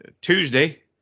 Tuesday